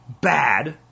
bad